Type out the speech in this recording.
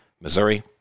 Missouri